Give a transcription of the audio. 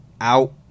out